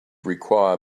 require